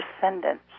descendants